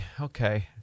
Okay